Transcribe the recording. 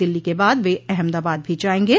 दिल्ली के बाद वे अहमदाबाद भी जाएंगे